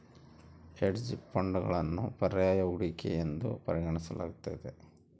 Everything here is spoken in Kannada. ಹೆಡ್ಜ್ ಫಂಡ್ಗಳನ್ನು ಪರ್ಯಾಯ ಹೂಡಿಕೆ ಎಂದು ಪರಿಗಣಿಸಲಾಗ್ತತೆ